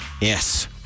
Yes